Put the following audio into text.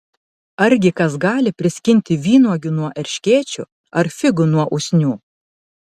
argi kas gali priskinti vynuogių nuo erškėčių ar figų nuo usnių